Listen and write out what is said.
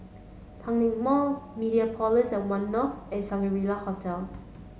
Tanglin Mall Mediapolis at One North and Shangri La Hotel